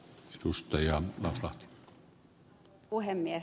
arvoisa puhemies